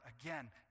again